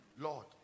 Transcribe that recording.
lord